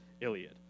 Iliad